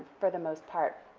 for the most part,